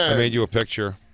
and made you a picture.